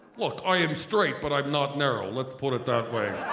look, i am straight but i'm not narrow let's put it that way,